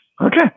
okay